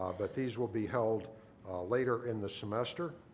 um but these will be held later in the semester.